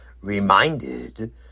reminded